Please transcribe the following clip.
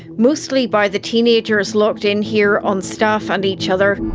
mostly by the teenagers locked in here, on staff and each other.